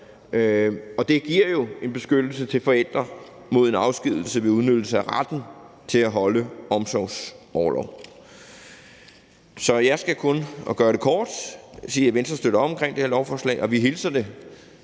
Det giver jo en beskyttelse til forældre mod en afskedigelse ved udnyttelse af retten til at holde omsorgsorlov. Så jeg vil gøre det kort og bare sige, at Venstre støtter op omkring det her lovforslag, og vi hilser det